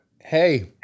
Hey